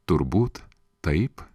turbūt taip